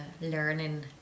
learning